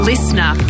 Listener